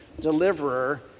deliverer